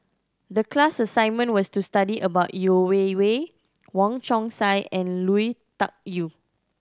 the class assignment was to study about Yeo Wei Wei Wong Chong Sai and Lui Tuck Yew